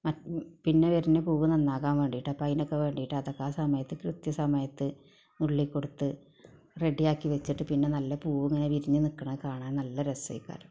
മ പിന്നെ വരുന്ന പൂവ് നന്നാകാൻ വേണ്ടിയിട്ടാണ് അപ്പോൾ അതിനൊക്കെ വേണ്ടിയിട്ട് അതൊക്കെ ആ സമയത്ത് കൃത്യസമയത്ത് നുള്ളി കൊടുത്ത് റെഡിയാക്കി വെച്ചിട്ട് പിന്നെ നല്ല പൂവ് എങ്ങനെ വിരിഞ്ഞ് നിൽക്കുന്ന കാണാൻ നല്ല രസകരമാണ്